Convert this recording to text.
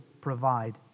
provide